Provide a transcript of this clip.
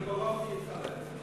בקרוב זה יתחלף.